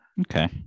Okay